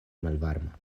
malvarma